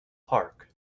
park